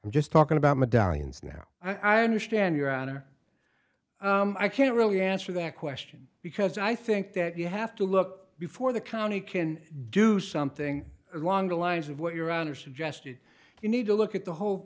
i'm just talking about medallions now i understand your outer i can't really answer that question because i think that you have to look before the county can do something along the lines of what you're under suggested you need to look at the whole